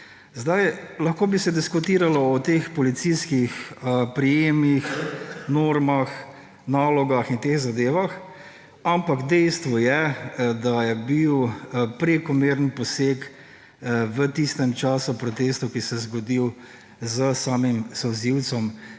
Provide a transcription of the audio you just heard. Lahko bi se diskutiralo o teh policijskih prijemih, normah, nalogah in teh zadevah, ampak dejstvo je, da je bil prekomeren poseg v tistem času protestov, ki se je zgodil s samim solzivcem,